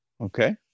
Okay